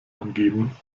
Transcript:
angeben